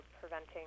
preventing